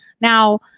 Now